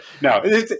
No